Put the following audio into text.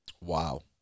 Wow